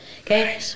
Okay